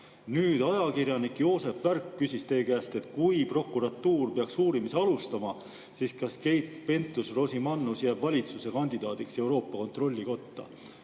Ajakirjanik Joosep Värk küsis teie käest, et kui prokuratuur peaks uurimist alustama, kas siis Keit Pentus-Rosimannus jääb valitsuse kandidaadiks Euroopa Kontrollikoja